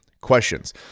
questions